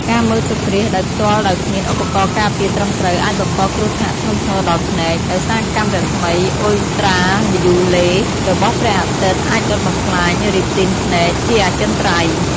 ការមើលសូរ្យគ្រាសដោយផ្ទាល់ដោយគ្មានឧបករណ៍ការពារត្រឹមត្រូវ អាចបង្កគ្រោះថ្នាក់ធ្ងន់ធ្ងរដល់ភ្នែក ដោយសារកាំរស្មីអ៊ុលត្រាវីយ៉ូឡេ របស់ព្រះអាទិត្យអាចដុតបំផ្លាញរីទីនភ្នែកជាអចិន្ត្រៃយ៍ ។